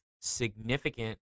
significant